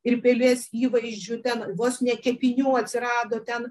ir pelės įvaizdžių ten vos ne kepinių atsirado ten